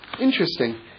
interesting